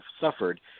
suffered